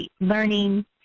learning